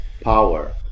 Power